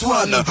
one